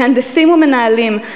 מהנדסים ומנהלים,